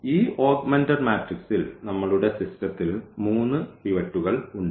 ഈ ഓഗ്മെന്റഡ് മാട്രിക്സിൽ നമ്മളുടെ സിസ്റ്റത്തിൽ മൂന്ന് പിവറ്റുകൾ ഉണ്ട്